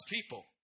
people